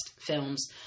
films